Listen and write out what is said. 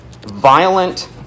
violent